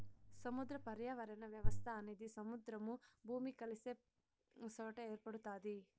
సముద్ర పర్యావరణ వ్యవస్థ అనేది సముద్రము, భూమి కలిసే సొట ఏర్పడుతాది